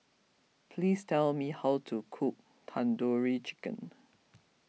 please tell me how to cook Tandoori Chicken